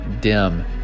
Dim